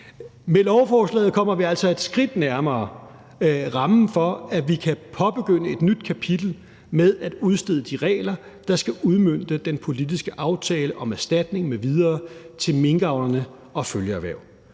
Med lovforslaget kommer vi altså et skridt nærmere rammen for, at vi kan påbegynde et nyt kapitel med at udstede de regler, der skal udmønte den politiske aftale om erstatning m.v. til minkavlerne og følgeerhverv.